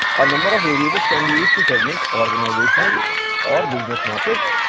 a number of variables can be used to segment organizational or business markets,